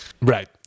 right